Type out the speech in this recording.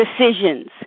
Decisions